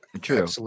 true